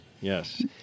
yes